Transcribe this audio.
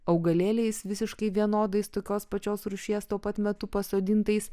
augalėliais visiškai vienodais tokios pačios rūšies tuo pat metu pasodintais